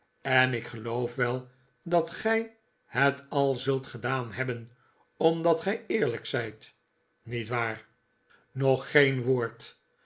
en ik geloof wel dat gij het al zult gedaan hebben omdat gij eerlijk zijt niet waar nog geen woord